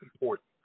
important